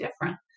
different